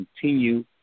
continue